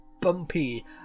bumpy